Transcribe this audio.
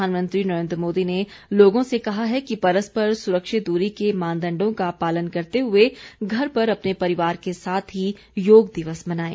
प्रधानमंत्री नरेन्द्र मोदी ने लोगों से कहा है कि पररस्पर सुरक्षित दूरी के मानदंडों का पालन करते हुए घर पर अपने परिवार के साथ ही योग दिवस मनाएं